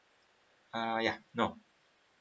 uh ya no